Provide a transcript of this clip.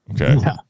Okay